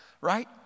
right